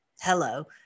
Hello